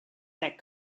that